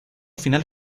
final